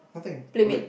playmate